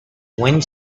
wind